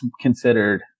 considered